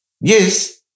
yes